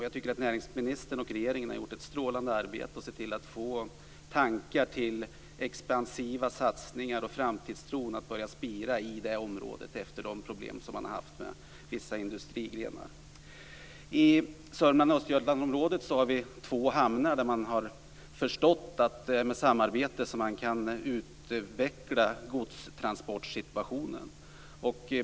Jag tycker att näringsministern och regeringen har gjort ett strålande arbete för att se till att få tankarna på expansiva satsningar och framtidstron att börja spira i det området efter de problem man har haft med vissa industrigrenar. I Sörmland och Östergötland har vi två hamnar där man har förstått att det är genom samarbete som man kan utveckla godstransportsituationen.